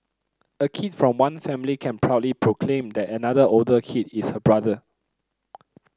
a kid from one family can proudly proclaim that another older kid is her brother